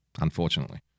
unfortunately